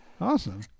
Awesome